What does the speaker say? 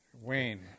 Wayne